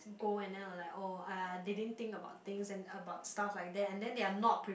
go and then I'll like oh !aiya! they didn't think about things and about stuff like that then they are not pre